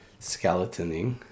Skeletoning